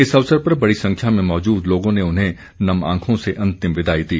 इस अवसर पर बड़ी संख्या में मौजूद लोगों ने उन्हें नम आंखों से अंतिम विदाई दी